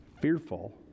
fearful